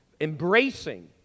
embracing